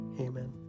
Amen